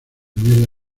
mierda